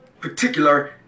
particular